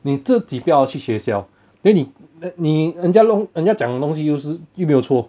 你自己不要去学校 then 你你人家弄人家讲你东西又是没有错